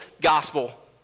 gospel